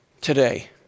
today